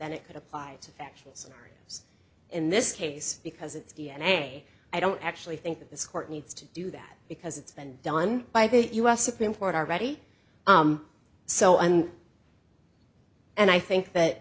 then it could apply to actions in this case because it's d n a i don't actually think that this court needs to do that because it's been done by the u s supreme court already so and and i think that